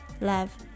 love